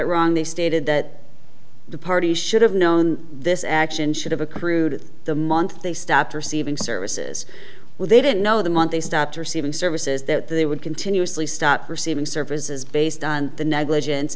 it wrong they stated that the party should have known this action should have accrued the month they stopped receiving services when they didn't know the month they stopped receiving services that they would continuously stop receiving services based on the negligence